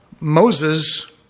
Moses